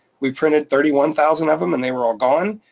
we printed thirty one thousand of them and they were all gone,